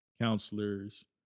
counselors